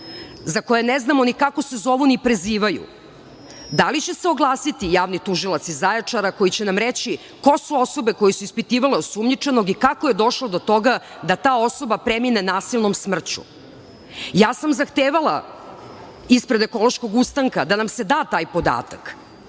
za koje ne znamo ni kako se zovu ni prezivaju, da li će se oglasiti Javni tužilac iz Zaječara koji će nam reći ko su osobe koje su ispitivale osumnjičenog i kako je došlo do toga da ta osoba premine nasilnom smrću? Ja sam zahtevala ispred Ekološkog ustanka da nam se da taj podatak.